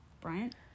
Bryant